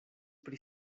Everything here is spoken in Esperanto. pri